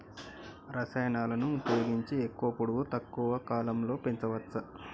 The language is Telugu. రసాయనాలను ఉపయోగించి ఎక్కువ పొడవు తక్కువ కాలంలో పెంచవచ్చా?